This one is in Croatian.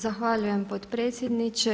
Zahvaljujem potpredsjedniče.